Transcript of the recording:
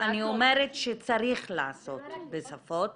אני אומרת שצריך לעשות בשפות